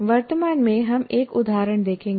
वर्तमान में हम एक उदाहरण देखेंगे